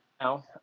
now